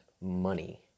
money